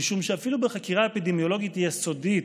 משום שאפילו בחקירה אפידמיולוגית יסודית,